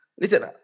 listen